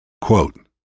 Quote